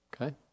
Okay